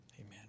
Amen